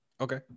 Okay